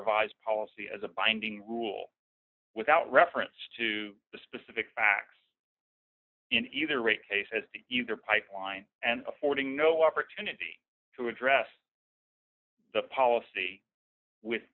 revise policy as a binding rule without reference to the specific facts in either rape cases the either pipeline and affording no opportunity to address the policy with